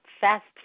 fast